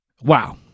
wow